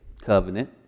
covenant